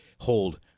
hold